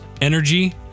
energy